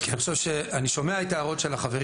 כי אני שומע את ההערות של החברים,